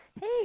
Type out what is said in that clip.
Hey